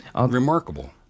remarkable